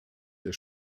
der